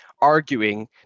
arguing